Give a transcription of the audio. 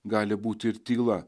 gali būti ir tyla